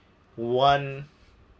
one